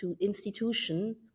institution